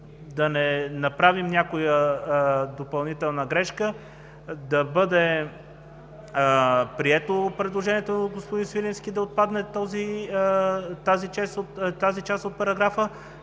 Да не направим някоя допълнителна грешка. Да бъде прието предложението на господин Сливенски да отпадне тази част от параграфа,